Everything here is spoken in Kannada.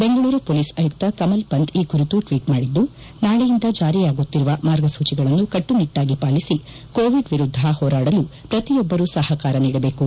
ಬೆಂಗಳೂರು ಪೊಲೀಸ್ ಆಯುತ್ತ ಕಮಲ್ಪಂತ್ ಈ ಕುರಿತು ಟ್ವೀಟ್ ಮಾಡಿದ್ದು ನಾಳೆಯಿಂದ ಚಾರಿಯಾಗುತ್ತಿರುವ ಮಾರ್ಗಸೂಚಿಗಳನ್ನು ಕಟ್ಟು ನಿಟ್ಟಾಗಿ ಪಾಲಿಸಿ ಕೋವಿಡ್ ವಿರುದ್ಧ ಹೋರಾಡಲು ಪ್ರತಿಯೊಬ್ಬರು ಸಹಕಾರ ನೀಡಬೇಕು